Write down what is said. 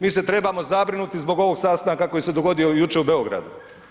Mi se trebamo zabrinuti zbog ovog sastanka koji se dogodio jučer u Beogradu.